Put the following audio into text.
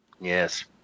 yes